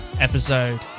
episode